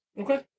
Okay